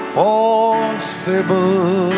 possible